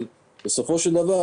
אבל בסופו של דבר,